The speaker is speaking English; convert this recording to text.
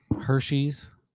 Hershey's